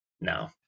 no